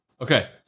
Okay